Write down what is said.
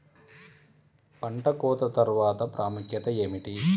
పంట కోత తర్వాత ప్రాముఖ్యత ఏమిటీ?